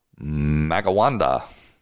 Magawanda